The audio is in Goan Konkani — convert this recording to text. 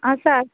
आसा